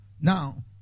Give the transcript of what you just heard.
Now